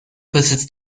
besitzt